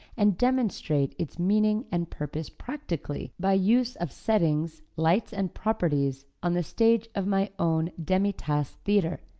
and demonstrate its meaning and purpose practically, by use of settings, lights and properties on the stage of my own demi-tasse theatre,